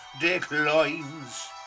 declines